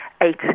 eight